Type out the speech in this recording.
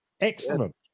Excellent